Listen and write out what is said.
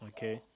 Okay